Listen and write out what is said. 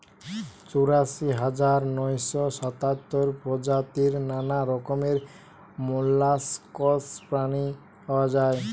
চুরাশি হাজার নয়শ সাতাত্তর প্রজাতির নানা রকমের মোল্লাসকস প্রাণী পাওয়া যায়